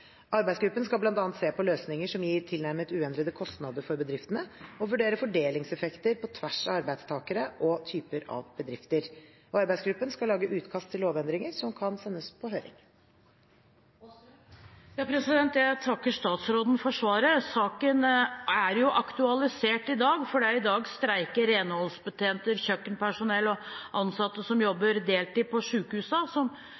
Arbeidsgruppen skal bl.a. se på løsninger som gir tilnærmet uendrede kostnader for bedriftene, og vurdere fordelingseffekter på tvers av arbeidstakere og typer av bedrifter. Arbeidsgruppen skal lage utkast til lovendringer som kan sendes på høring. Jeg takker statsråden for svaret. Saken er jo aktualisert i dag, for i dag streiker renholdsbetjenter, kjøkkenpersonell og ansatte som